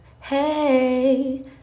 hey